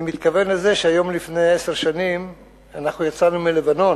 אני מתכוון לזה שהיום לפני עשר שנים אנחנו יצאנו מלבנון,